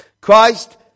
Christ